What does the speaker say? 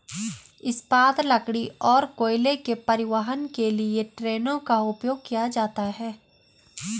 इस्पात, लकड़ी और कोयले के परिवहन के लिए ट्रेनों का उपयोग किया जाता है